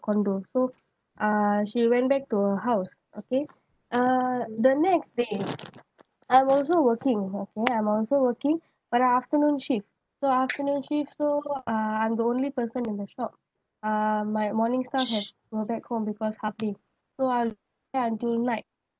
condo so uh she went back to her house okay uh the next day I'm also working okay I'm also working but I afternoon shift so afternoon shift so uh I'm the only person in the shop uh my morning staff has to go back home because half day so I stay until night